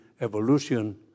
evolution